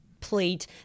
plate